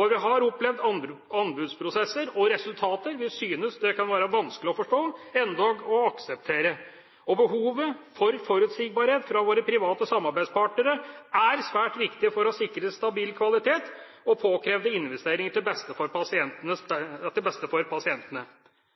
Vi har opplevd anbudsprosesser og resultater vi synes det kan være vanskelig å forstå og endog akseptere. Behovet for forutsigbarhet for våre private samarbeidspartnere er svært viktig for å sikre stabil kvalitet og påkrevde investeringer til beste for pasientene. Jeg er derfor veldig glad for at det